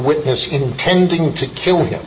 witness intending to kill him